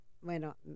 bueno